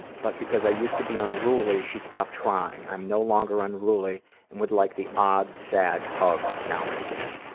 but because i used to be unruly, she stopped trying. i am no longer unruly and would like the odd sad hug. now and again.